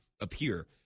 appear